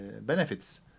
benefits